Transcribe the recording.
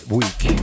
week